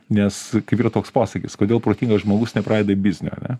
nes yra toks posakis kodėl protingas žmogus nepradeda biznio ane